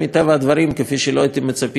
כפי שלא הייתם מצפים מהמשרד לביטחון